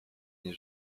nie